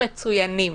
מצוינים